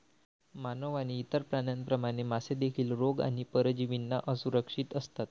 मानव आणि इतर प्राण्यांप्रमाणे, मासे देखील रोग आणि परजीवींना असुरक्षित असतात